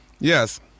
Yes